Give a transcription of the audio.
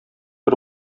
бер